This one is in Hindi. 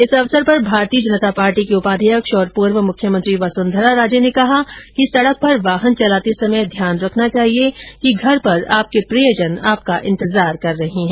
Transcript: इस अवसर पर भारतीय जनता पार्टी भाजपा की उपाध्यक्ष और पूर्व मुख्यमंत्री वसुंधरा राजे ने कहा कि सड़क पर वाहन चलाते समय ध्यान रखना चाहिए कि घर पर आपके प्रियजन आपका इंतजार कर रहे हैं